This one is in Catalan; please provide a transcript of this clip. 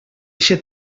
eixe